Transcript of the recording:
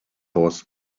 horse